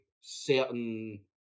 certain